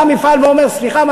בא המפעל ואומר: סליחה,